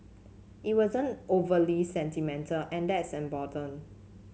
it wasn't overly sentimental and that's important